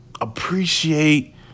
Appreciate